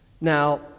Now